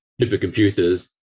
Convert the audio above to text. supercomputers